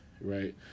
right